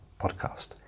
podcast